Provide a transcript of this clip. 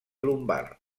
lumbar